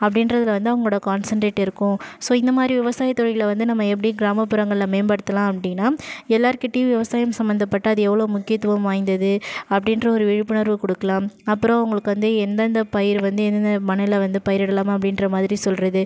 அப்படின்றதில் வந்து அவர்களோட கான்சன்ட்ரேட் இருக்கும் ஸோ இந்தமாதிரி விவசாய தொழிலில் வந்து நம்ம எப்படி கிராமப்புறங்களில் மேம்படுத்தலாம் அப்படினா எல்லார்கிட்டேயும் விவசாயம் சம்மந்தப்பட்ட அது எவ்வளோ முக்கியத்துவம் வாய்ந்தது அப்படின்ற ஒரு விழிப்புணர்வு கொடுக்கலாம் அப்புறம் அவர்களுக்கு வந்து எந்தெந்த பயிர் வந்து எந்தெந்த மண்ணில் வந்து பயிரிடலாம் அப்படின்றமாதிரி சொல்வது